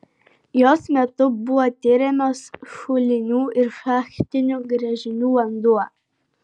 jos metu buvo tiriamas šulinių ir šachtinių gręžinių vanduo